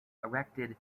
erected